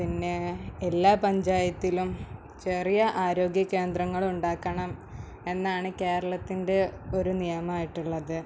പിന്നേ എല്ലാ പഞ്ചായത്തിലും ചെറിയ ആരോഗ്യ കേന്ദ്രങ്ങളും ഉണ്ടാക്കണം എന്നാണ് കേരളത്തിൻ്റെ ഒര് നിയമമായിട്ടുള്ളത്